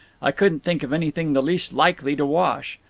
i couldn't think of anything the least likely to wash.